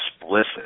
explicit